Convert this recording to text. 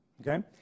okay